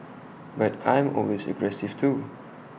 but I'm always aggressive too